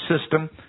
system